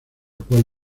cual